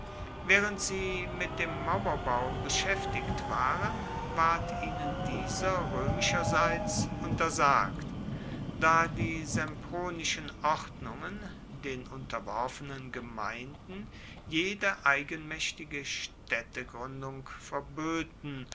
während sie mit dem mauerbau beschäftigt waren ward ihnen dieser römischerseits untersagt da die sempronischen ordnungen den unterworfenen gemeinden jede eigenmächtige städtegründung verböten